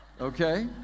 Okay